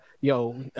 yo